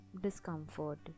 discomfort